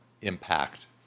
impact